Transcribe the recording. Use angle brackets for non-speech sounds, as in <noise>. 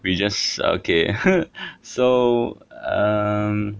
we just okay <laughs> so um